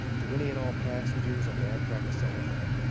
to any and all passengers on the amtrak acela train,